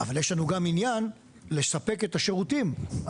אבל יש לנו גם עניין לספק את השירותים הראויים,